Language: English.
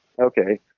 Okay